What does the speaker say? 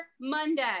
Monday